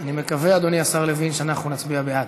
אני מקווה, אדוני השר לוין, שאנחנו נצביע בעד.